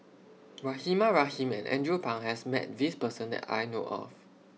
Rahimah Rahim and Andrew Phang has Met This Person that I know of